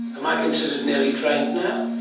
am i considered nearly trained now?